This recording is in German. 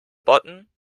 botten